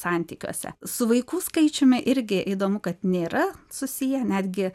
santykiuose su vaikų skaičiumi irgi įdomu kad nėra susiję netgi